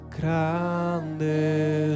grande